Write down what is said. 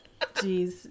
Jeez